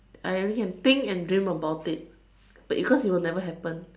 I can only think and dream about it but because it will never happen